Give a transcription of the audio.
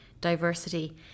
diversity